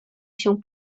się